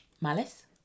malice